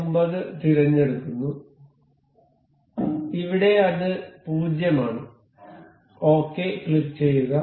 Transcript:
49 തിരഞ്ഞെടുക്കുന്നു ഇവിടെ അത് 0 ആണ് ഓകെ ക്ലിക്കുചെയ്യുക